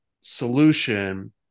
solution